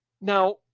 Now